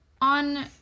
on